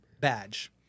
badge